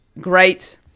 great